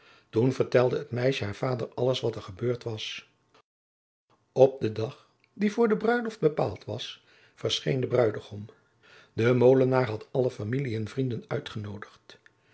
toen vertelde het meisje haar vader alles wat er gebeurd was op den dag die voor de bruiloft bepaald was verscheen de bruigom de molenaar had alle familie en vrienden uitgenoodigd